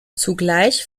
zugleich